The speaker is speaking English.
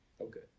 Okay